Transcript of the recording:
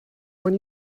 when